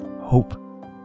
hope